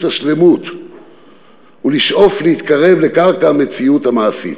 השלמות ולשאוף להתקרב לקרקע המציאות המעשית.